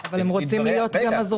אני חושב שהם צריכים להיות הזרוע